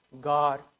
God